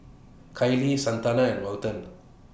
Kaylie Santana and Welton